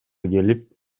келип